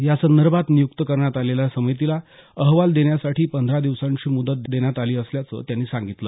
यासंदर्भात नियुक्त करण्यात आलेल्या समितीला अहवाल देण्यासाठी पंधरा दिवसांची मुदत देण्यात आली असल्याचं त्यांनी सांगितलं